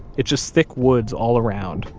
it's just thick woods all around.